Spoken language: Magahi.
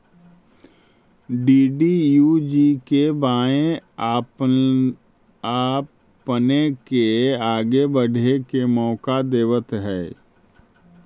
डी.डी.यू.जी.के.वाए आपपने के आगे बढ़े के मौका देतवऽ हइ